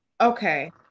Okay